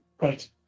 Right